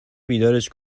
بیدارش